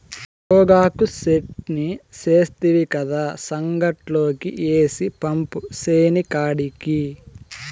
గోగాకు చెట్నీ సేస్తివి కదా, సంగట్లోకి ఏసి పంపు సేనికాడికి